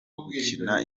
gukina